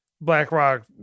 BlackRock